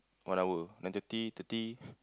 one hour then thirty thirty